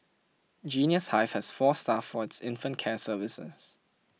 Genius Hive has four staff for its infant care services